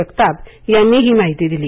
जगताप यांनी ही माहिती दिली